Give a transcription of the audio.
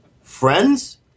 Friends